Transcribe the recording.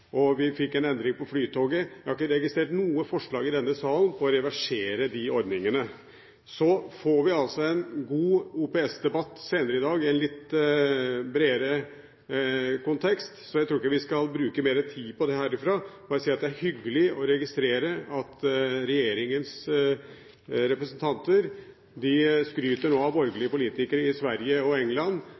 og vi fikk en endring på Flytoget. Jeg har ikke registrert noe forslag i denne salen på å reversere de ordningene. Så får vi en god OPS-debatt senere i dag i en litt bredere kontekst, så jeg tror ikke vi skal bruke mer tid på det herfra. Jeg vil bare si at det er hyggelig å registrere at regjeringens representanter nå skryter av borgerlige politikere i Sverige og England